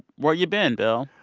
where you been, bill?